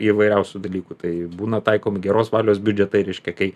įvairiausių dalykų tai būna taikom geros valios biudžetą reiškia kai